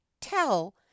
tell